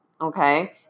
Okay